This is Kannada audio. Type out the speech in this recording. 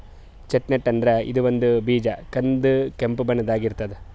ಚೆಸ್ಟ್ನಟ್ ಅಂದ್ರ ಇದು ಒಂದ್ ಬೀಜ ಕಂದ್ ಕೆಂಪ್ ಬಣ್ಣದಾಗ್ ಇರ್ತದ್